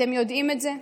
אתם יודעים את זה,